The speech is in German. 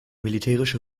militärische